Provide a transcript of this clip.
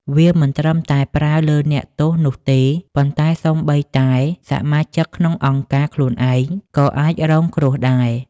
វាមិនត្រឹមតែប្រើលើអ្នកទោសនោះទេ ប៉ុន្តែសូម្បីតែសមាជិកក្នុងអង្គការខ្លួនឯងក៏អាចរងគ្រោះដែរ។